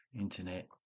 internet